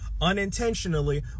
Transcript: unintentionally